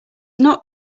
not